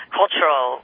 cultural